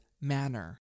manner